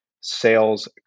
sales